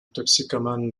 toxicomane